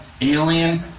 alien